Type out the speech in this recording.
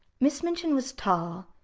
miss minchin was tall,